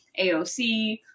AOC